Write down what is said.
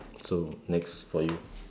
so next for you